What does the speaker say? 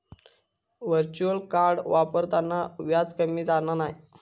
virtual card वापरताना व्याज कमी जाणा नाय